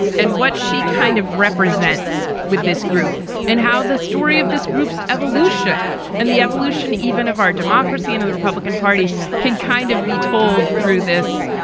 and what she kind of represents with this group. and how the story of this group's evolution and the evolution even of our democracy and of the republican party can kind of be told through this.